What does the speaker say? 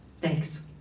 thanks